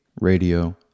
radio